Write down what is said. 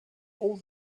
all